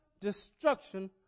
destruction